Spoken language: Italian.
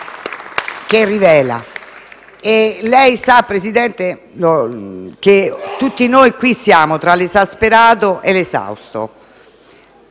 rivela. Lei sa, Presidente, che tutti noi siamo qui tra l'esasperato e l'esausto;